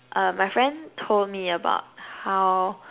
uh my friend told me about how